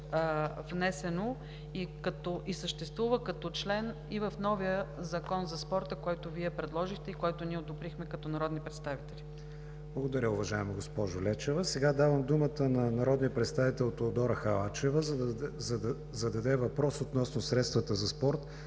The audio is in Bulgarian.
внесено и съществува като член и в новия Закон за спорта, който Вие предложихте и който ние одобрихме като народни представители? ПРЕДСЕДАТЕЛ КРИСТИАН ВИГЕНИН: Благодаря, уважаема госпожо Лечева. Сега давам думата на народния представител Теодора Халачева, за да зададе въпрос относно средствата за спорт